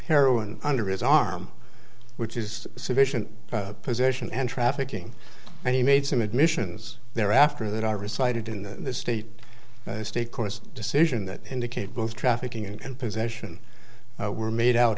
heroin under his arm which is sufficient position and trafficking and he made some admissions there after that i recited in the state state courts decision that indicate both trafficking and possession were made out